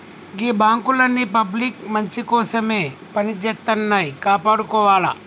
గీ బాంకులన్నీ పబ్లిక్ మంచికోసమే పనిజేత్తన్నయ్, కాపాడుకోవాల